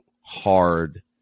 hard